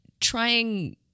trying